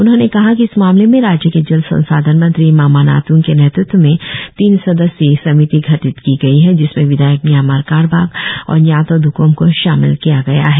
उन्होंने कहा कि इस मामले में राज्य के जल संसाधन मंत्री मामा नातंग के नेतृत्व में तीन सदस्यीय समिति गठित की गई है जिसमें विधायक न्यामर कारबक और न्यातो द्कम को शामिल किया गया है